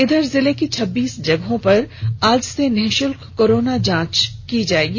इधर जिले की छब्बीस जगहों पर आज से निःशल्क कोरोना जांच की जाएगी